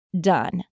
done